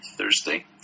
Thursday